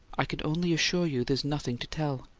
i can only assure you there's nothing to tell.